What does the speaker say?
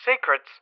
secrets